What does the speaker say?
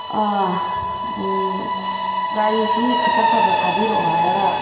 ꯒꯥꯔꯤꯁꯤ ꯈꯇ ꯐꯕ ꯊꯥꯕꯤꯔꯛꯑꯣ ꯍꯥꯏꯔꯒ